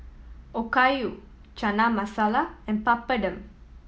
Okayu Chana Masala and Papadum